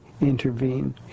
intervene